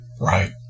Right